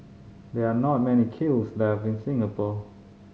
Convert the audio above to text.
there are not many kilns left in Singapore